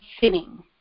sitting